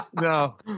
No